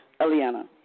Eliana